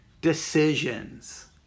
decisions